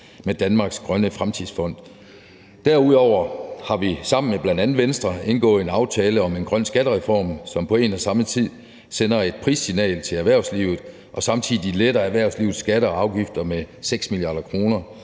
med Danmarks Grønne Fremtidsfond. Derudover har vi sammen med bl.a. Venstre indgået en aftale om en grøn skattereform, som på en og samme tid sender et prissignal til erhvervslivet og letter erhvervslivets skatter og afgifter med 6 mia. kr.